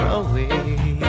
away